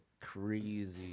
crazy